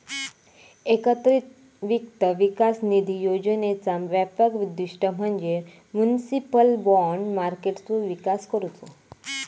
एकत्रित वित्त विकास निधी योजनेचा व्यापक उद्दिष्ट म्हणजे म्युनिसिपल बाँड मार्केटचो विकास करुचो